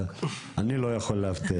אני לא יכול להבטיח את זה.